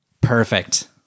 Perfect